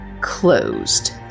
closed